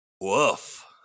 Woof